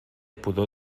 pudor